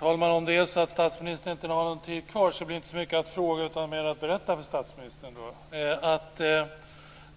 Herr talman! Om statsministern inte har någon taletid kvar blir det inte så mycket att fråga utan mera att berätta.